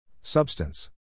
Substance